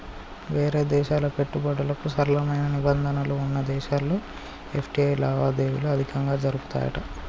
వేరే దేశాల పెట్టుబడులకు సరళమైన నిబంధనలు వున్న దేశాల్లో ఎఫ్.టి.ఐ లావాదేవీలు అధికంగా జరుపుతాయట